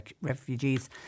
refugees